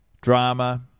drama